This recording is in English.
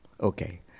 Okay